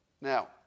Now